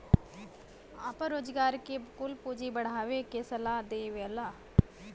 आपन रोजगार के कुल पूँजी बढ़ावे के सलाह देवला